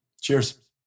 Cheers